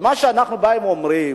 אנחנו אומרים